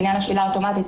לעניין השלילה האוטומטית.